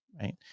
right